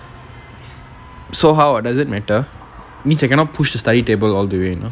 so how ah does it matter means I cannot push the study table all the way you know